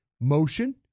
Motion